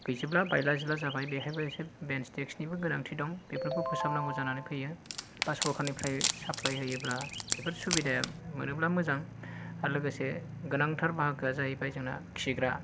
गैजोबला बायला जिला जाबाय बेवहायबो एसे बेन्स डेस्क निबो गोनांथि दं बेफोरखौ फोसाबनांगौ जानानै फैयो एबा सरकारनिफ्राय साप्लाय होयोब्ला बेफोर सुबिदाया मोनोब्ला मोजां आरो लोगोसे गोनांथार बाहागोआ जाहैबाय जोंना खिग्रा